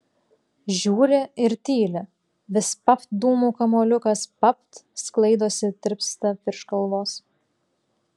žiūri ir tyli vis papt dūmų kamuoliukas papt sklaidosi tirpsta virš galvos